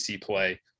play